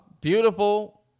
Beautiful